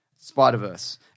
Spider-Verse